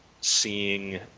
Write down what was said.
seeing